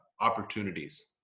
opportunities